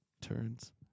turns